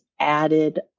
added